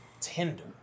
tender